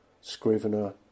Scrivener